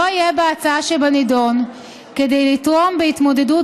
לא יהיה בהצעה שבנדון כדי לתרום להתמודדות